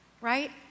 Right